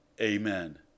Amen